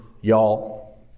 y'all